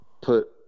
put